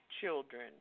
children